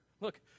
look